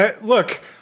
Look